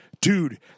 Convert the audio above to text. Dude